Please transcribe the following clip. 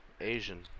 Asian